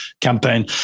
campaign